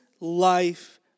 life